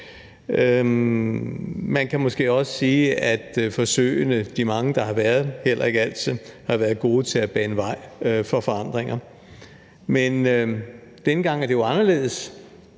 Man kan måske også sige, at de mange forsøg, der har været, heller ikke altid har været gode til at bane vej for forandringer. Men denne gang er det jo anderledes,